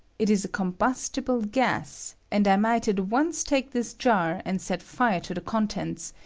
it is a combustible gas and i might at once take this jar and set fire to the contents,